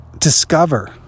Discover